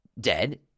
dead